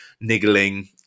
niggling